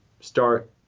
start